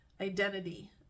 identity